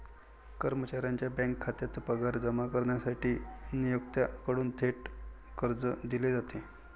कर्मचाऱ्याच्या बँक खात्यात पगार जमा करण्यासाठी नियोक्त्याकडून थेट कर्ज दिले जाते